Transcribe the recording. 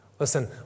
Listen